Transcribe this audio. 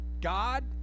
God